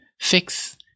fix